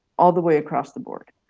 all the way across the board.